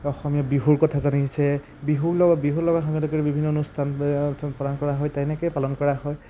অসমীয়া বিহুৰ কথা জানিছে বিহুৰ লগত বিহুৰ লগত সংগত কৰি বিভিন্ন অনুষ্ঠান পালন কৰা হয় তেনেকৈয়ে পালন কৰা হয়